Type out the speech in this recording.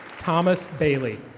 thomas bailey.